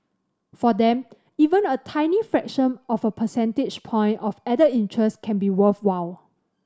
for them even a tiny fraction of a percentage point of added interest can be worthwhile